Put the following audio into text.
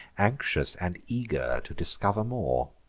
anxious and eager to discover more.